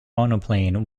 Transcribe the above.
monoplane